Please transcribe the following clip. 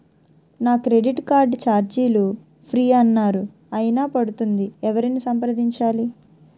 నా credit card ఛార్జీలు free అన్నారు అయినా పడుతుంది ఎవరిని సంప్రదించాలి?